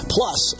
Plus